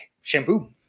Shampoo